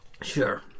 Sure